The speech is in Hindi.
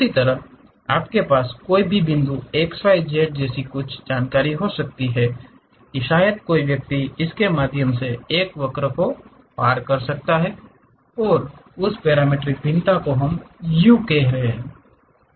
उसी तरह आपके पास कोई भी बिंदु x y z है जिसकी आपको जानकारी है कि शायद कोई व्यक्ति इसके माध्यम से एक वक्र को पार कर सकता है और तो उस पैरामीट्रिक भिन्नता को हम U कह रहे हैं